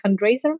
fundraiser